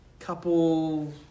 couple